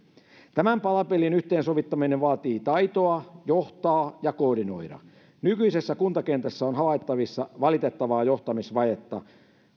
tämän palapelin yhteensovittaminen vaatii taitoa johtaa ja koordinoida nykyisessä kuntakentässä on havaittavissa valitettavaa johtamisvajetta